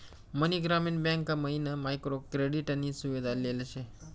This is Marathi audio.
मनी ग्रामीण बँक मयीन मायक्रो क्रेडिट नी सुविधा लेल शे